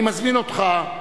אני מזמין אותך,